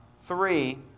Three